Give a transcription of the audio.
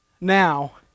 now